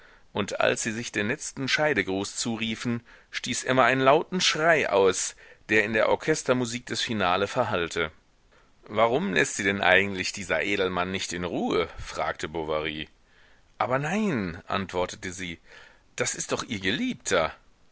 und als sie sich den letzten scheidegruß zuriefen stieß emma einen lauten schrei aus der in der orchestermusik des finale verhallte warum läßt sie denn eigentlich dieser edelmann nicht in ruhe fragte bovary aber nein antwortete sie das ist doch ihr geliebter